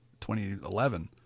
2011